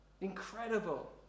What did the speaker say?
incredible